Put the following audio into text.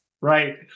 right